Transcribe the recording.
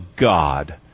God